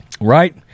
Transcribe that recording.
right